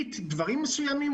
מקליט דברים מסוימים,